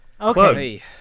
Okay